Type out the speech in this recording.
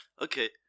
okay